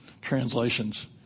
translations